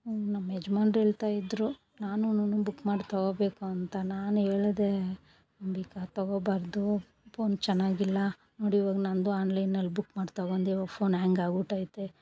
ಹ್ಞೂ ನಮ್ಮ ಯಜಮಾನ್ರು ಹೇಳ್ತಾ ಇದ್ರು ನಾನೂನು ಬುಕ್ ಮಾಡಿ ತಗೋಬೇಕು ಅಂತ ನಾನು ಹೇಳಿದೆ ಅಂಬಿಕ ತಗೋಬಾರದು ಪೋನ್ ಚೆನ್ನಾಗಿಲ್ಲ ನೋಡು ಇವಾಗ ನಂದು ಆನ್ಲೈನಲ್ಲಿ ಬುಕ್ ಮಾಡಿ ತೊಗೊಂಡಿರೊ ಫೋನ್ ಹ್ಯಾಂಗ್ ಆಗಿಬಿಟ್ಟೈತೆ